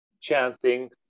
chanting